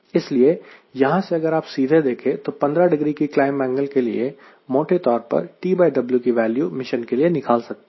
इसलिए यहां से अगर आप सीधे देखें तो 15 डिग्री की क्लाइंब एंगल के लिए मोटे तौर पर TW की वैल्यू मिशन के लिए निकाल सकते हैं